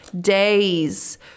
days